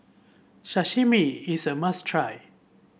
Sashimi is a must try